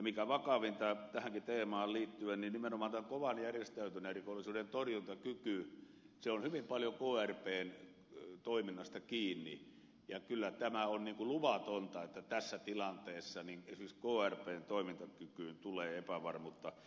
mikä vakavinta tähänkin teemaan liittyen nimenomaan tämän kovan järjestäytyneen rikollisuuden torjuntakyky on hyvin paljon krpn toiminnasta kiinni ja kyllä tämä on luvatonta että tässä tilanteessa esimerkiksi krpn toimintakykyyn tulee epävarmuutta